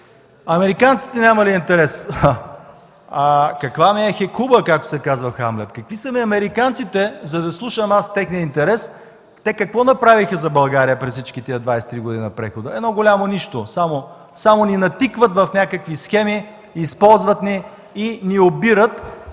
Американците нямали интерес?! Каква му е Хекуба, както се казва в Хамлет? Какви са ми американците, за да слушам техния интерес? Те какво направиха за България през всичките тези 23 години на прехода? Едно голямо нищо! Само ни натикват в някакви схеми, използват ни и ни обират.